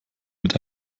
mit